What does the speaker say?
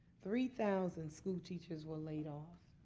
three thousand schoolteachers were laid off.